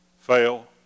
fail